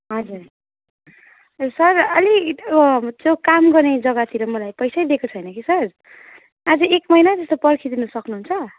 हजुर सर अलि त्यो काम गर्ने जग्गातिर मलाई पैसै दिएको छैन कि सर अझै एक महिना जस्तो पर्खिदिनु सक्नुहुन्छ